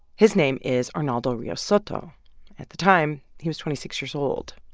his name is arnaldo rios soto at the time, he was twenty six years old.